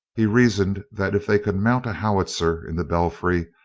he reasoned that if they could mount a howitzer in the belfry,